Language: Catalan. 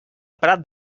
prat